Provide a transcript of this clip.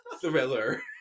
thriller